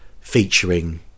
featuring